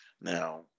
Now